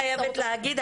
אני חייבת להגיד,